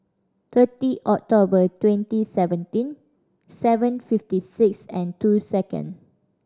thirty October twenty seventeen seven fifty six and two second